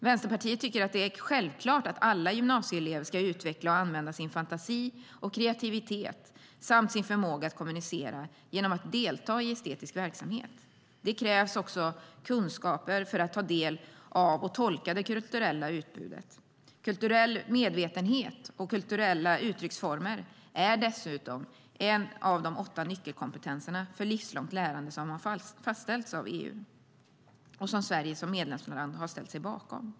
Vänsterpartiet tycker att det är självklart att alla gymnasieelever ska utveckla och använda sin fantasi och kreativitet samt sin förmåga att kommunicera genom att delta i estetisk verksamhet. Det krävs också kunskaper för att ta del av och tolka det kulturella utbudet. Kulturell medvetenhet och kulturella uttrycksformer är dessutom en av de åtta nyckelkompetenser för livslångt lärande som fastställts av EU och som Sverige som medlemsland ställt sig bakom.